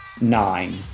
Nine